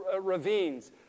ravines